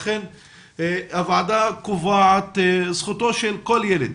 לכן הוועדה קובעת, זכותו של כל ילד